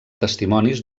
testimonis